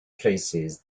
places